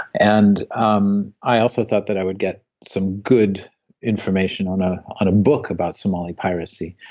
and um i also thought that i would get some good information on ah on a book about somali piracy,